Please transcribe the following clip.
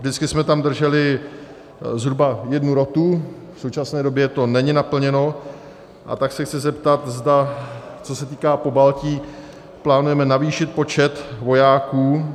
Vždycky jsme tam drželi zhruba jednu rotu, v současné době to není naplněno, a tak se chci zeptat, co se týká Pobaltí, zda plánujeme navýšit počet vojáků.